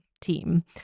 team